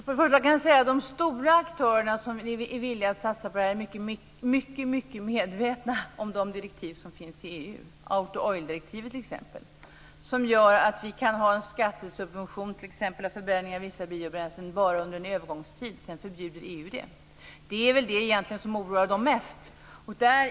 Herr talman! De stora aktörerna som är villiga att satsa på det här är mycket väl medvetna om de direktiv som finns i EU - Auto/Oildirektivet t.ex. Det gör att vi kan ha en skattesubvention för förbränning av vissa biobränslen bara under en övergångstid. Sedan förbjuder EU det. Det är väl egentligen detta som oroar dem mest.